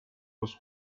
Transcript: los